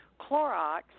Clorox